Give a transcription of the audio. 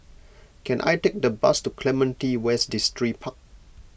can I take a bus to Clementi West Distripark